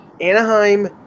Anaheim